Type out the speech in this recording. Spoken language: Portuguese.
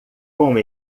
com